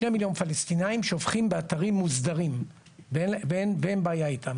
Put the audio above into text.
2 מיליון פלסטינים שופכים באתרים מוסדרים ואין בעיה איתם.